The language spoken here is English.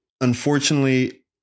unfortunately